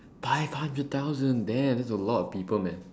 five hundred thousand damn there's a lot of people man